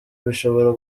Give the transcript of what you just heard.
bishobora